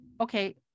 okay